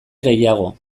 gehiago